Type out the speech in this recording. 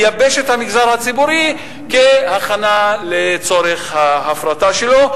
לייבש את המגזר הציבורי כהכנה לצורך ההפרטה שלו.